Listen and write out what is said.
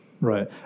Right